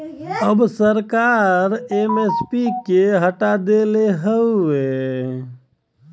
अब सरकार एम.एस.पी के हटा देले हौ